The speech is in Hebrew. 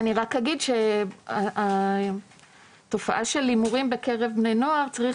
ואני רק אגיד שהתופעה של הימורים בקרב בני נוער צריך